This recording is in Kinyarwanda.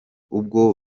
ubwo